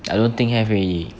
I don't think have already